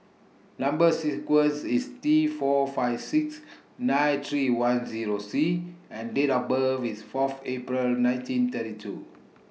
Number sequence IS T four five six nine three one Zero C and Date of birth IS Fourth April nineteen thirty two